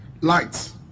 Lights